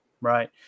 right